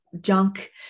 junk